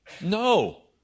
No